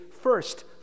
first